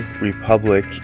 republic